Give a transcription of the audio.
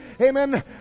Amen